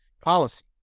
policy